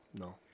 No